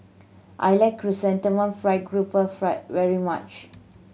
I like Chrysanthemum Fried Garoupa fried very much